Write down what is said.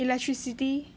electricity